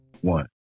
one